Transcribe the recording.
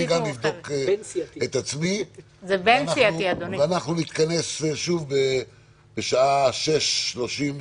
לבדוק את עצמי ואנחנו נתכנס שוב בשעה 18:35,